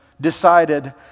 decided